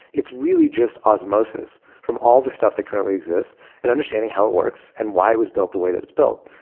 it's really just osmosis from all the stuff that currently exists and understanding how it works and why it was built the way that it's built.